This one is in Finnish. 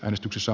äänestyksessä